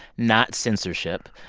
not censorship.